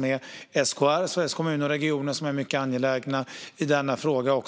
med SKR, Sveriges Kommuner och Regioner, som är mycket angelägna i denna fråga.